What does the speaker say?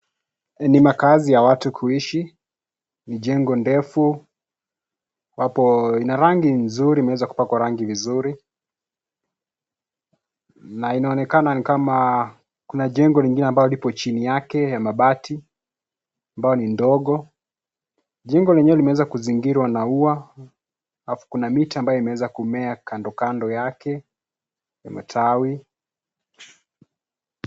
Ni makaazi ya watu kuishi , ni jengo ndefu ambapo ina rangi nzuri ,imeweza kupakwa rangi vizuri. Na inaonekana ni kama kuna jengo lingine ambalo lipo chini yake ya mabati ambayo ni ndogo. Jengo lenyewe limeweza kuzingirwa na ua , alafu kuna miti ambayo imeweza kumea kando kando yake ya matawi.